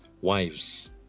Wives